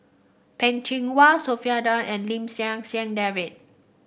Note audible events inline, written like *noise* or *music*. Peh Chin Hua Sophia Down and Lim *unintelligible* San David